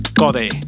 code